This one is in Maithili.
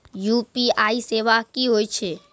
यु.पी.आई सेवा की होय छै?